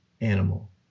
animal